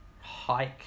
hike